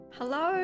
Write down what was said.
Hello